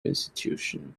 institution